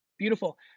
Beautiful